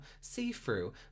see-through